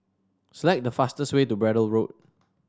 select the fastest way to Braddell Road